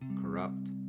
corrupt